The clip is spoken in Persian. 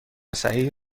صحیح